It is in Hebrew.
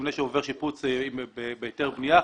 מבנה שעובר שיפוץ בהיתר בנייה,